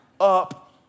up